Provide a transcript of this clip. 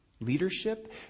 leadership